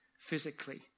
Physically